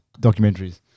documentaries